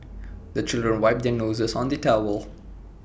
the children wipe their noses on the towel